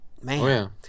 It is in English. Man